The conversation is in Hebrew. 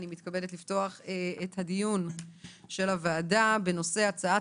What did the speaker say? אני מתכבדת לפתוח את הדיון של הוועדה בנושא הצעת